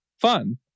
fun